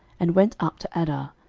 and went up to adar,